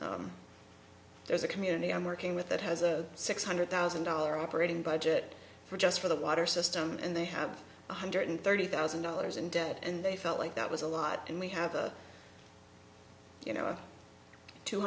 there's a community i'm working with that has a six hundred thousand dollars operating budget for just for the water system and they have one hundred thirty thousand dollars in debt and they felt like that was a lot and we have a you know a two